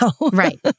right